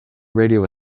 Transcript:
radio